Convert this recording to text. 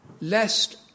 lest